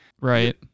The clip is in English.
Right